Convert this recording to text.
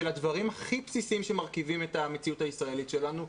הדברים הכי בסיסיים שמרכיבים את המציאות הישראלית שלנו.